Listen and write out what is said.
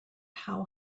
how